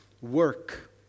work